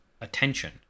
attention